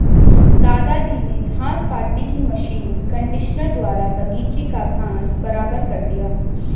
दादाजी ने घास काटने की मशीन कंडीशनर द्वारा बगीची का घास बराबर कर दिया